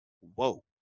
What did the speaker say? whoa